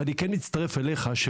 ואני כן מצטרף אליך,